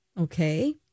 okay